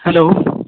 hello